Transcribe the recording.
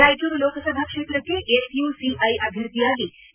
ರಾಯಚೂರು ಲೋಕಸಭಾ ಕ್ಷೇತ್ರಕ್ಕೆ SUCI ಅಭ್ವರ್ಥಿಯಾಗಿ K